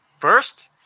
First